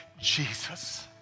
Jesus